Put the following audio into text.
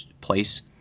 place